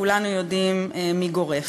כולנו יודעים מי גורף.